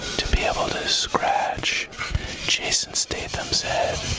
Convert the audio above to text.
to be able to scratch jason statham's head.